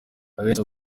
ahenshi